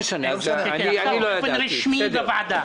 באופן רשמי בוועדה.